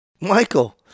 Michael